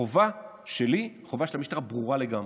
החובה שלי, החובה של המשטרה, ברורה לגמרי.